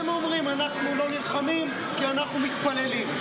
הם אומרים: אנחנו לא נלחמים כי אנחנו מתפללים.